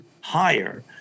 higher